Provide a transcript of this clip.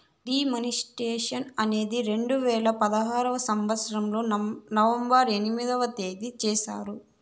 D మానిస్ట్రేషన్ అనేది రెండు వేల పదహారు సంవచ్చరంలో నవంబర్ ఎనిమిదో తేదీన చేశారు